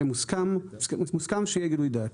הרי מוסכם שיהיה גילוי דעת,